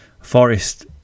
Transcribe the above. Forest